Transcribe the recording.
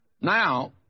Now